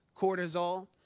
cortisol